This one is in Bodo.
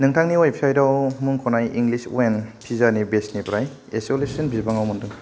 नोंथांनि वेबसाइटआव मुंख'नाय इंलिश अभेन पिजानि बेसनिफ्राय इसेल'सिन बिबाङाव मोनदों